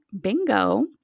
bingo